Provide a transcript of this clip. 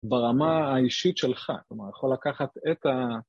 ברמה האישית שלך, כלומר, יכול לקחת את ה...